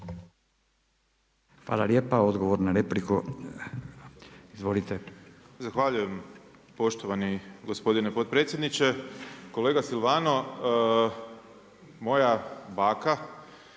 Hvala lijepa. Odgovor na repliku, izvolite. **Grbin, Peđa (SDP)** Zahvaljujem poštovani gospodine potpredsjedniče. Kolega Silvano, moja baka